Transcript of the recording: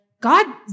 God